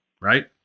right